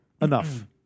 enough